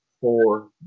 four